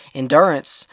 endurance